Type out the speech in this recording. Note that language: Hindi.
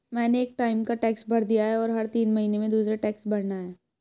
मैंने एक टाइम का टैक्स भर दिया है, और हर तीन महीने में दूसरे टैक्स भरना है